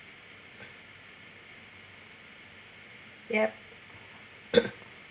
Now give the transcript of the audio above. yep